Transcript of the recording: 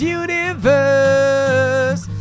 universe